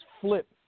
flip